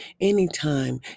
Anytime